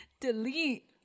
Delete